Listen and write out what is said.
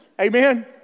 Amen